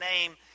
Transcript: name